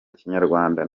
kinyarwanda